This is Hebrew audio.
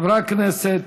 חברי הכנסת,